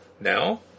now